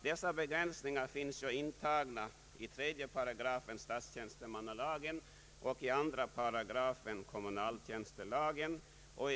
Dessa begränsningar finns intagna i 3 § statstjänstemannalagen och i 2 8 kommunaltjänstemannalagen.